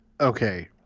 Okay